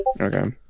Okay